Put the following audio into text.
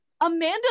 Amanda